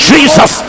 Jesus